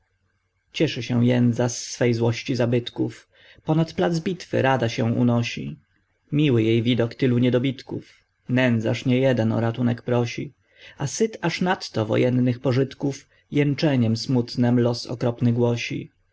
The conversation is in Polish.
cieszy się jędza z swej złości zabytków ponad plac bitwy rada się unosi miły jej widok tylu niedobitków nędzarz nie jeden o ratunek prosi a syt aż nadto wojennych pożytków jęczeniem smutnem los okropny głosi